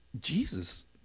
jesus